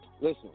Listen